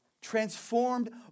transformed